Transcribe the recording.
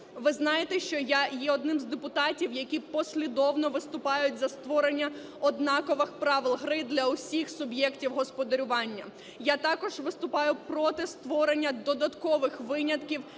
Ви знаєте, що я є одним з депутатів, які послідовно виступають за створення однакових правил гри для всіх суб'єктів господарювання. Я також виступаю проти створення додаткових винятків